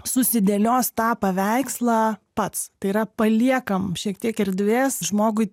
susidėlios tą paveikslą pats tai yra paliekam šiek tiek erdvės žmogui